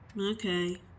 Okay